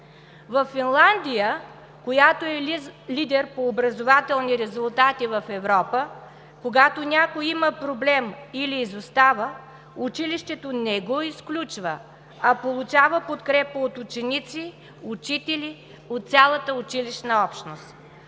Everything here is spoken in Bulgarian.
Във Финландия, която е лидер по образователни резултати в Европа, когато някой има проблем или изостава, училището не го изключва, а получава подкрепа от ученици, учители, от цялата училищна общност.